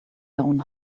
down